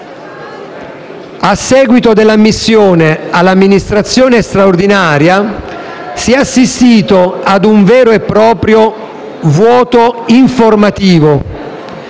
A seguito dell'ammissione all'amministrazione straordinaria si è assistito ad un vero e proprio vuoto informativo,